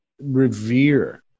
revere